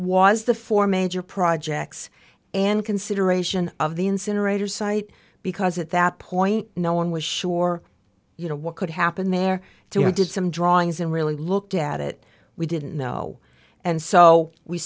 was the four major projects and consideration of the incinerator site because at that point no one was sure you know what could happen there too we did some drawings and really looked at it we didn't know and so we